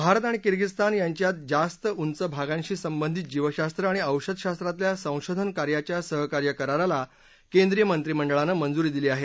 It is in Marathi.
भारत आणि किर्गिझस्तान यांच्यात जास्त उंच भागाशी संबंधित जीवशास्त्र आणि औषधशास्त्रातल्या संशोधन कार्याच्या सहकार्य कराराला केंद्रीय मंत्रिमंडळानं मंजुरी दिली आहे